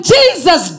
Jesus